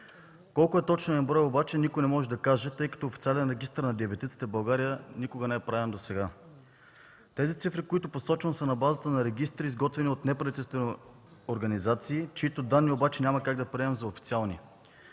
Колко е точният брой обаче, никой не може да каже, тъй като официален регистър на диабетиците в България досега никога не е правен. Цифрите, които посочвам, са на базата на регистри, изготвени от неправителствени организации, чиито данни обаче няма да как да приемем за официални.